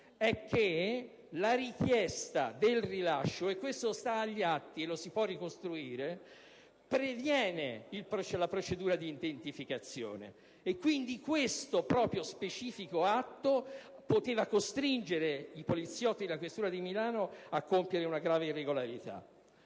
è che la richiesta del rilascio - e questo sta agli atti e lo si può ricostruire - previene la procedura d'identificazione e questo specifico atto poteva costringere i poliziotti della questura di Milano a compiere una grave irregolarità.